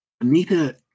Anita